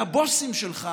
והבוסים שלך